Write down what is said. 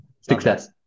success